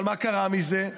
אבל מה קרה מזה?